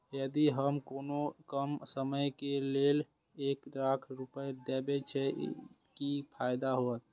यदि हम कोनो कम समय के लेल एक लाख रुपए देब छै कि फायदा होयत?